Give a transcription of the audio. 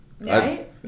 right